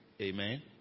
Amen